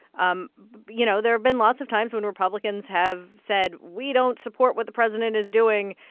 um you know, there have been lots of times when republicans have said, we don't support what the president is doing,